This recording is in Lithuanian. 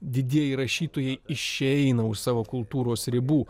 didieji rašytojai išeina už savo kultūros ribų